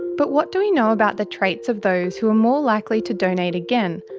but what do we know about the traits of those who are more likely to donate again,